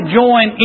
join